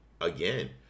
again